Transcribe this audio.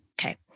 Okay